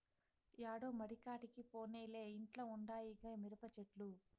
యాడో మడికాడికి పోనేలే ఇంట్ల ఉండాయిగా మిరపచెట్లు